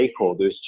stakeholders